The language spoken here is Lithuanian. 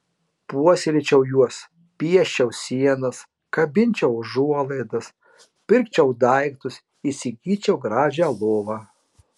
puoselėčiau juos pieščiau sienas kabinčiau užuolaidas pirkčiau daiktus įsigyčiau gražią lovą